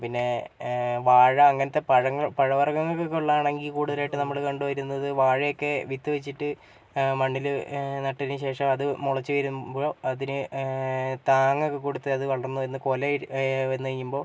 പിന്നെ വാഴ അങ്ങനത്തെ പഴങ്ങൾ പഴ വർഗങ്ങൾക്കൊക്കെ ഉള്ളതാണെങ്കിൽ കൂടുതലായിട്ട് നമ്മൾ കണ്ടുവരുന്നത് വാഴയൊക്കെ വിത്ത് വെച്ചിട്ട് മണ്ണിൽ നട്ടതിന് ശേഷം അത് മുളച്ച് വരുമ്പോൾ അതിന് താങ്ങക്കെ കൊടുത്ത് അത് വളർന്ന് വന്ന് കൊല ആ വന്ന് കഴിയുമ്പോൾ